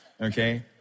Okay